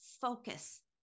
focus